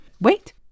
Wait